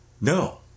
No